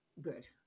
good